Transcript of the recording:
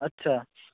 আচ্ছা